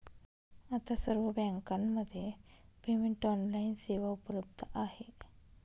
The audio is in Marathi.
आता सर्व बँकांमध्ये पेमेंट ऑनलाइन सेवा उपलब्ध आहे